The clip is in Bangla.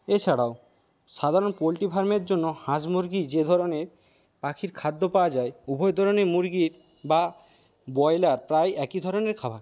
এছাড়াও সাধারণ পোলট্রি ফার্মের জন্য হাঁস মুরগি যে ধরণের পাখির খাদ্য পাওয়া যায় উভয় ধরণের মুরগির বা ব্রয়লার প্রায় একই ধরণের খাবার খায়